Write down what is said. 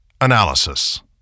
Analysis